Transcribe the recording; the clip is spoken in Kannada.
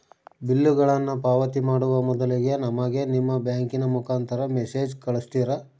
ಬಿಲ್ಲುಗಳನ್ನ ಪಾವತಿ ಮಾಡುವ ಮೊದಲಿಗೆ ನಮಗೆ ನಿಮ್ಮ ಬ್ಯಾಂಕಿನ ಮುಖಾಂತರ ಮೆಸೇಜ್ ಕಳಿಸ್ತಿರಾ?